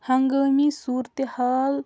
ہنٛگٲمی صوٗرتِحال